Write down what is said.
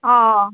অঁ